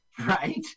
right